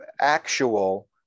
actual